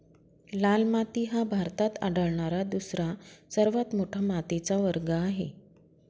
लाल माती हा भारतात आढळणारा दुसरा सर्वात मोठा मातीचा वर्ग आहे